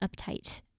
uptight